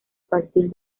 partir